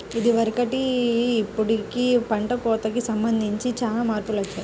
ఇదివరకటికి ఇప్పుడుకి పంట కోతకి సంబంధించి చానా మార్పులొచ్చాయ్